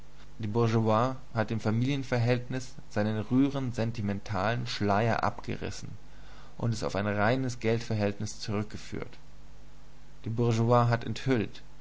die bourgeoisie hat dem familienverhältnis seinen rührend sentimentalen schleier abgerissen und es auf ein reines geldverhältnis zurückgeführt die bourgeoisie hat enthüllt